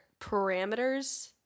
parameters